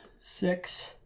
six